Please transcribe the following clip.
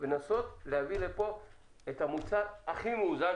לנסות להביא לפה את הדבר הכי מאוזן,